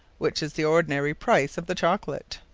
which is the ordinary price of the chocolate.